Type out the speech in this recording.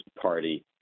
Party